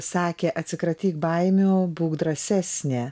sakė atsikratyk baimių būk drąsesnė